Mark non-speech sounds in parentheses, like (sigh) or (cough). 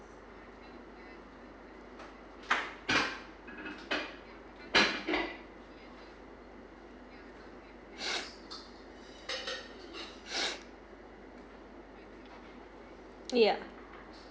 (breath) yeah